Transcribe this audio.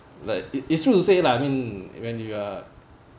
like it it's true to say lah I mean when you are